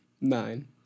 Nine